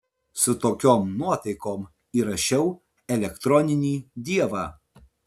su tokiom nuotaikom įrašiau elektroninį dievą